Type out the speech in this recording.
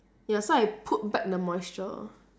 ya so I put back the moisture